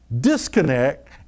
disconnect